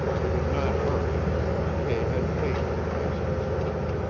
they did not hurry, for mckay had faith in cassidy's word.